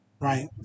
Right